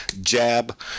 jab